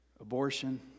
abortion